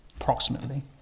approximately